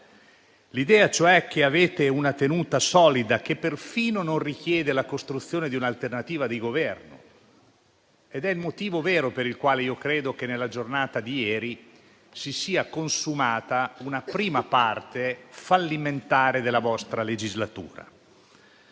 l'idea, cioè, che avete una tenuta solida, che perfino non richiede la costruzione di un'alternativa di Governo. Questo è il motivo vero per il quale io credo che nella giornata di ieri si sia consumata una prima parte fallimentare della vostra legislatura.